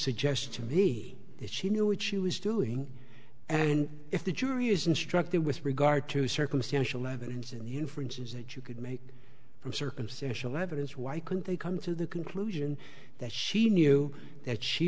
suggests to me that she knew what she was doing and if the jury is instructed with regard to circumstantial evidence and the inferences that you could make from circumstantial evidence why couldn't they come to the conclusion that she knew that she